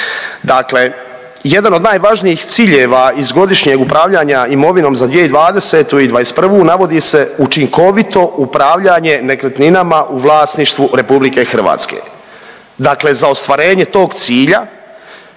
Dakle, jedan od najvažnijih ciljeva iz godišnjeg upravljanja imovinom za 2020. i '21. navodi se učinkovito upravljanje nekretninama u vlasništvu RH. Dakle, za ostvarenje tog cilja